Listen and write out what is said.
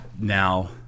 now